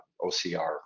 OCR